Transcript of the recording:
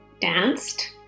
danced